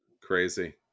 Crazy